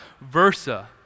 versa